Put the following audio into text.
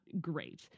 great